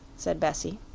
said bessie.